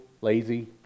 lazy